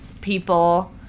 people